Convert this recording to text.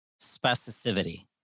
specificity